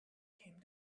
came